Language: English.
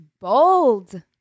bold